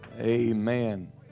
Amen